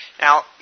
Now